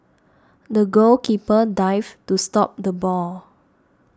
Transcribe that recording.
the goalkeeper dived to stop the ball